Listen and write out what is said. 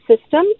system